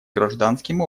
гражданским